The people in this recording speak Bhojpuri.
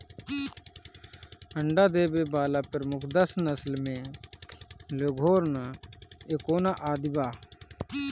अंडा देवे वाला प्रमुख दस नस्ल में लेघोर्न, एंकोना आदि बा